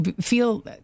feel